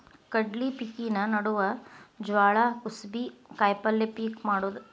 ಕಡ್ಲಿ ಪಿಕಿನ ನಡುವ ಜ್ವಾಳಾ, ಕುಸಿಬಿ, ಕಾಯಪಲ್ಯ ಪಿಕ್ ಮಾಡುದ